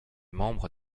membres